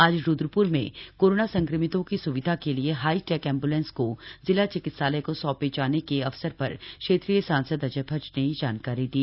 आज रूद्रपुर में कोरोना संक्रमितों की सुविधा के लिए हाईटेक एम्बुलेंस को जिला चिकित्सालय को सौंपे जाने के अवसर पर क्षेत्रीय सांसद अजय भट्ट ने यह जानकारी दी